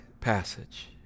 passage